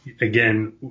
again